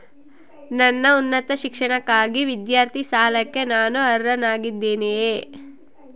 ನನ್ನ ಉನ್ನತ ಶಿಕ್ಷಣಕ್ಕಾಗಿ ವಿದ್ಯಾರ್ಥಿ ಸಾಲಕ್ಕೆ ನಾನು ಅರ್ಹನಾಗಿದ್ದೇನೆಯೇ?